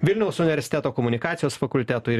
vilniaus universiteto komunikacijos fakulteto ir